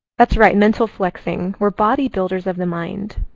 that's right. mental flexing. we're body builders of the mind.